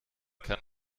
kann